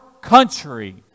country